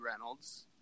Reynolds